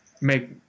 make